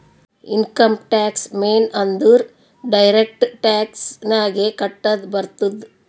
income tax ಮೇನ್ ಅಂದುರ್ direct tax ನಾಗೆ ಕಟ್ಟದ್ ಬರ್ತುದ್